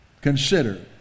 consider